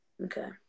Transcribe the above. Okay